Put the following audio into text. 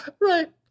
right